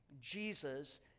Jesus